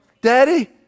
Daddy